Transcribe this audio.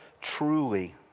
truly